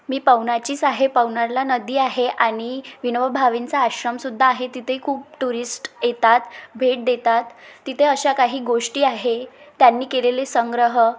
मी पवनारचीच आहे पावनारला नदी आहे आणि विनोबा भावेंचा आश्रमसुद्धा आहे तिथे खूप टुरिस्ट येतात भेट देतात तिथे अशा काही गोष्टी आहे त्यांनी केलेले संग्रह